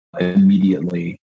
immediately